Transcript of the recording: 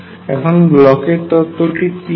এখন ব্লকের তত্ত্ব টি কী হয়